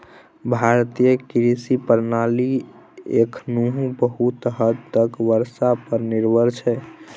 भारतीय कृषि प्रणाली एखनहुँ बहुत हद तक बर्षा पर निर्भर छै